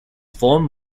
formed